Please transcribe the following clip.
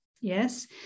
Yes